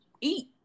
eat